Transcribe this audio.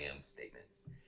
statements